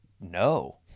no